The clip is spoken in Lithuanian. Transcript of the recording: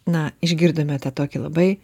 na išgirdome tą tokį labai